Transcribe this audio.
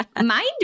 Mind